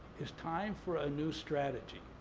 it's time for a new strategy.